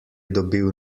dobil